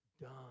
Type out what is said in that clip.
done